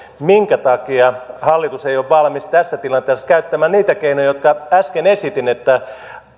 minkä takia hallitus ei ole valmis tässä tilanteessa käyttämään niitä keinoja jotka äsken esitin että